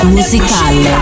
musical